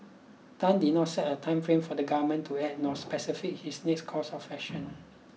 Tan did not set a time frame for the government to act nor specified his next course of action